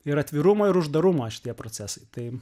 ir atvirumo ir uždarumo šitie procesai tai